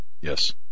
Yes